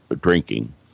drinking